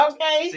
Okay